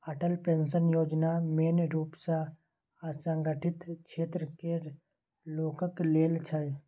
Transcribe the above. Atal pension Yojana मेन रुप सँ असंगठित क्षेत्र केर लोकक लेल छै